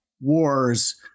wars